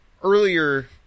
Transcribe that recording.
Earlier